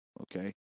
okay